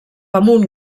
amunt